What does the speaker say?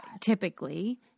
typically